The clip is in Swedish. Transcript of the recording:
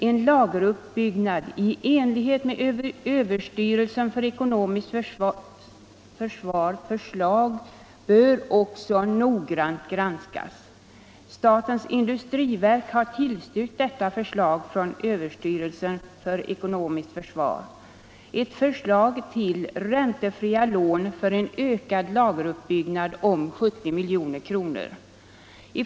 En lageruppbyggnad i enlighet med överstyrelsens för ekonomiskt försvar förslag bör också noggrant granskas. Statens industriverk har tillstyrkt förslag från överstyrelsen för ekonomiskt försvar till räntefria lån för en ökad lageruppbyggnad om 70 milj.kr.